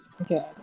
Okay